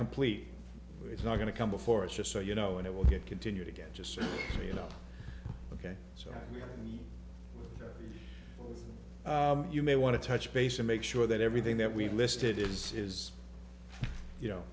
complete it's not going to come before it's just so you know and it will get continued again just so you know ok so you may want to touch base to make sure that everything that we've listed is is you know